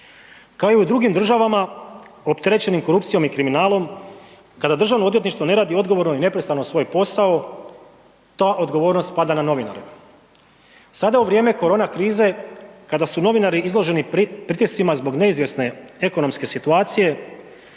Kao i u drugim državama opterećenim korupcijom i kriminalom, kada državno odvjetništvo ne radi odgovorno i nepristrano svoj postao, ta odgovornost spada na novinare. Sada u vrijeme korona krize kada su novinari izloženi pritiscima zbog neizvjesne ekonomske situacije,